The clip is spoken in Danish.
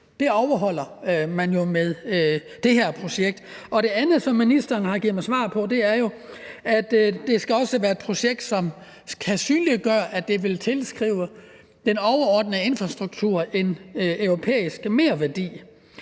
Det overholder man jo med det her projekt. Og det andet, som ministeren har givet mig svar på, er, at det også skal være et projekt, som kan synliggøre, at det vil tilskrive den overordnede infrastruktur en europæisk merværdi